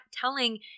telling